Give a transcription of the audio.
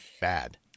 bad